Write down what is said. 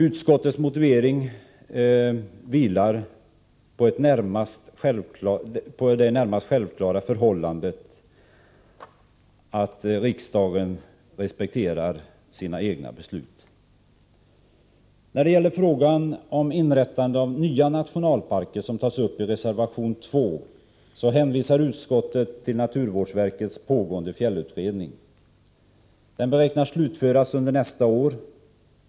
Utskottets motivering vilar på det i det närmaste självklara förhållandet att riksdagen respekterar sina egna beslut. När det gäller frågan om inrättande av nya nationalparker, som tas upp i reservation 2, hänvisar utskottet till naturvårdsverkets pågående fjällutredning. Den beräknas slutföras under nästa år.